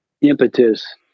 Impetus